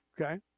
Okay